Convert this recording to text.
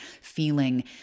feeling